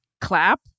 clap